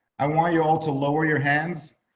i want you all to lower your hands.